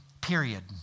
Period